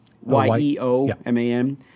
Y-E-O-M-A-N